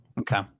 Okay